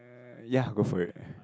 uh ya go for it